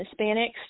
Hispanics